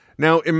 Now